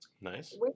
Nice